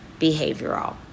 behavioral